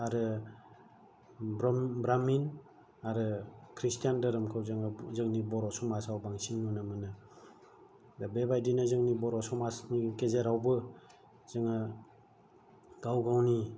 आरो ब्राह्मिन आरो ख्रिष्टान धोरोमखौ जोङो जोंनि बर' समाजआव बांसिन नुनो मोनो दा बेबायदिनो जोंनि बर' समाजनि गेजेरावबो जोङो गाव गावनि